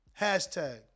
Hashtag